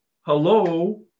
hello